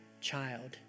child